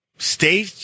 Stay